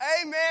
Amen